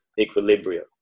equilibrium